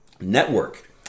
network